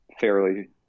fairly